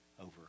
over